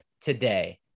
today